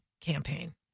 campaign